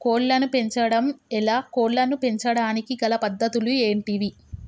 కోళ్లను పెంచడం ఎలా, కోళ్లను పెంచడానికి గల పద్ధతులు ఏంటివి?